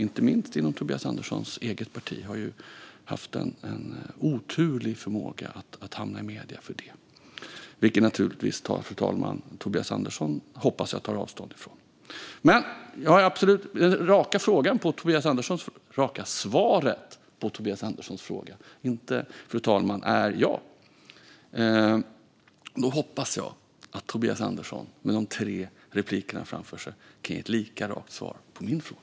Inte minst Tobias Anderssons eget parti har ju haft en oturlig förmåga att hamna i medierna för det, vilket jag naturligtvis, fru talman, hoppas att Tobias Andersson tar avstånd från. Det raka svaret på Tobias Anderssons fråga, fru talman, är ja. Då hoppas jag att Tobias Andersson med de tre inläggen framför sig kan ge ett lika rakt svar på min fråga.